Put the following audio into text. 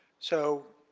so,